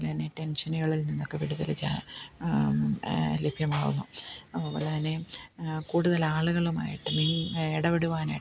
അതുപോലെത്തന്നെ ടെൻഷനുകളിൽ നിന്നൊക്കെ വിടുതൽ ലഭ്യമാകുന്നു അതുപോലെത്തന്നെ കൂടുതൽ ആളുകളും ആയിട്ട് ഇടപെടുവാനായിട്ട്